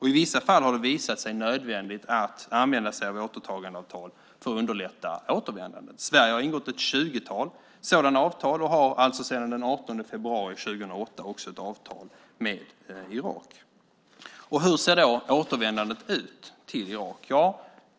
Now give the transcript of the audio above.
I vissa fall har det visat sig nödvändigt att använda sig av återtagandeavtal för att underlätta återvändandet. Sverige har ingått ett tjugotal sådana avtal och har alltså sedan den 18 februari 2008 också ett avtal med Irak. Hur ser då återvändandet till Irak ut?